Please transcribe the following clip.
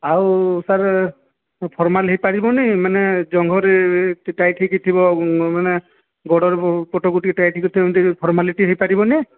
ଆଉ ସାର୍ ଅ ଫର୍ମାଲ୍ ହେଇପାରିବନି ମାନେ ଜଙ୍ଘରେ ଟାଇଟ୍ ହେଇକି ଥିବ ମାନେ ଗୋଡ଼ ପଟକୁ ଟିକିଏ ଟାଇଟ୍ ହେଇକି ଥିବ ଏମିତି ଫର୍ମାଲି ହେଇପାରିବ ନି